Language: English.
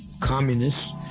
communists